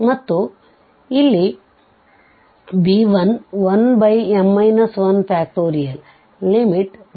ಮತ್ತು ಇಲ್ಲಿb1 1m 1